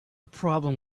problem